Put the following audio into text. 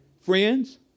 friends